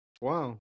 Wow